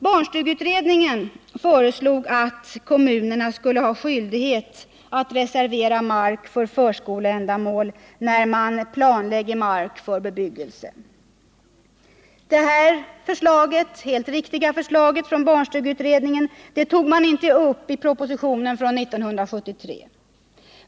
Barnstugeutredningen föreslog att kommunerna skulle ha skyldighet att reservera mark för förskoleändamål när mark planläggs för bebyggelse. Detta helt riktiga förslag från barnstugeutredningen togs inte upp i propositionen från 1973.